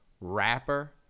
rapper